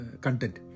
content